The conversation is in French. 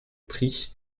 prix